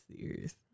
serious